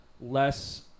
less